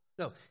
No